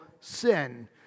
sin